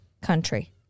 country